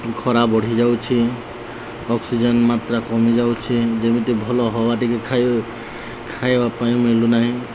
ଖରା ବଢ଼ିଯାଉଛି ଅକ୍ସିଜେନ୍ ମାତ୍ର କମିଯାଉଛି ଯେମିତି ଭଲ ହାୱା ଟିକେ ଖାଇବା ପାଇଁ ମିଳୁନାହିଁ